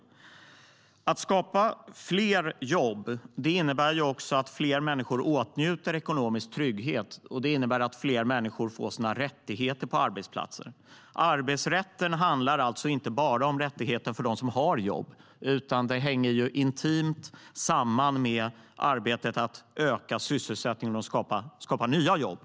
Att skapa fler jobb innebär också att fler människor åtnjuter ekonomisk trygghet och att fler människor får rättigheter på arbetsplatser. Arbetsrätten handlar alltså inte bara om rättigheterna för dem som har jobb utan hänger intimt samman med arbetet att öka sysselsättningen och skapa nya jobb.